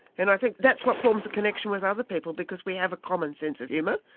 and i think that's what forms a connection with other people because we have a common sense of humour,